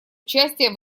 участие